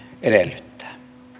edellyttää pyydän